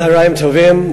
צהריים טובים.